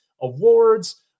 Awards